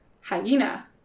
hyena